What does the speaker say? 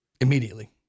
immediately